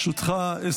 76)